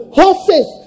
horses